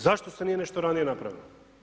Zašto se nije nešto ranije napravilo?